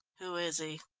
who is he?